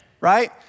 right